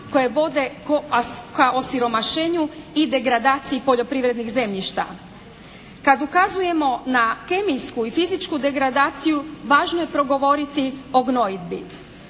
koje vode ka osiromašenju i degradaciji poljoprivrednih zemljišta. Kad ukazujemo na kemijsku i fizičku degradaciju važno je progovoriti o gnojidbi.